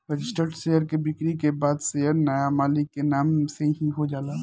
registered share के बिक्री के बाद शेयर नाया मालिक के नाम से हो जाला